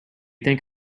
think